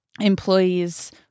employees